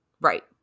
Right